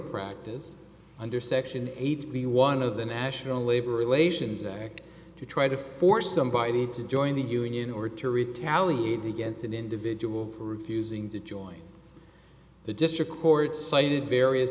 practice under section eight b one of the national labor relations act to try to force somebody to join the union or to retaliate against an individual for refusing to join the district court cited various